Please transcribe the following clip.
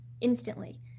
instantly